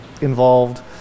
involved